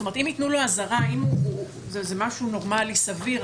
אם נתנו לו אזהרה על משהו שהוא נורמלי וסביר,